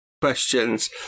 questions